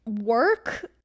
work